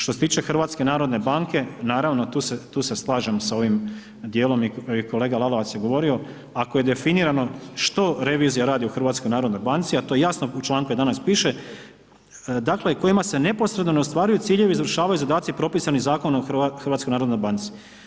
Što se tiče HNB-a, naravno tu se slažem sa ovim djelom i kolega Lalovac je govorio, ako je definirano što revizija radi u HNB-u a to jasno u članku 11. piše, dakle u kojima se neposredno ne ostvaruju ciljevi i završavaju zadaci propisani Zakonom o HNB-u.